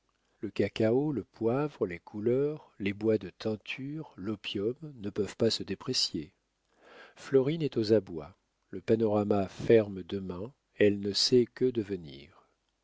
le cacao le poivre les couleurs les bois de teinture l'opium ne peuvent pas se déprécier florine est aux abois le panorama ferme demain elle ne sait que devenir